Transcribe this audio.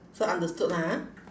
so understood lah ah